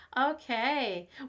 Okay